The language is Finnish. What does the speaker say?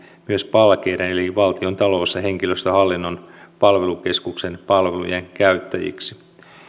palkeiden eli valtion talous ja henkilöstöhallinnon palvelukeskuksen palvelujen käyttäjiksi